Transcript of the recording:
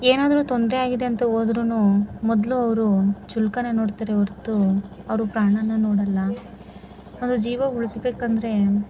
ಏನಾದ್ರೂ ತೊಂದರೆ ಆಗಿದೆ ಅಂತ ಹೋದ್ರುನು ಮೊದಲು ಅವರು ಶುಲ್ಕನ ನೋಡ್ತಾರೆ ಹೊರ್ತು ಅವರು ಪ್ರಾಣನ ನೋಡೊಲ್ಲ ಒಂದು ಜೀವ ಉಳಿಸಬೇಕೆಂದ್ರೆ